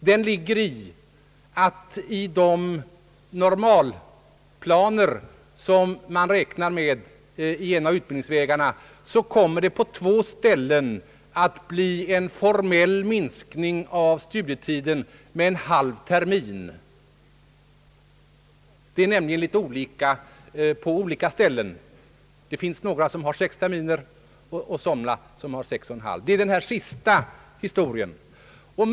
Den ligger i, herr Jacobsson, att enligt de normalplaner som man räknar med beträffande en av utbildningsvägarna så kommer det på två ställen att bli en formell minskning av studietiden med en halv termin. Studietiden är nämligen litet olika på olika ställen; några läroanstalter har en studietid av sex terminer, andra en tid av sex och en halv.